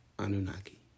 Anunnaki